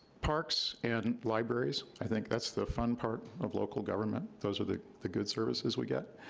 parks and libraries. i think that's the fun part of local government. those are the the good services we get.